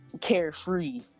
carefree